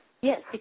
Yes